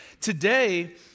Today